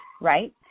right